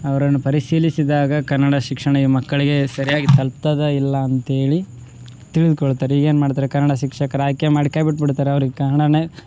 ಅವರನ್ನು ಪರಿಶೀಲಿಸಿದಾಗ ಕನ್ನಡ ಶಿಕ್ಷಣ ಈ ಮಕ್ಕಳಿಗೆ ಸರಿಯಾಗಿ ತಲುಪ್ತದ ಇಲ್ಲ ಅಂತೇಳಿ ತಿಳಿದುಕೊಳ್ತಾರೆ ಈಗ ಏನು ಮಾಡ್ತಾರೆ ಕನ್ನಡ ಶಿಕ್ಷಕರ ಆಯ್ಕೆ ಮಾಡಿ ಕೈಬಿಟ್ಬಿಡ್ತಾರೆ ಅವ್ರಿಗೆ ಕನ್ನಡಾನೇ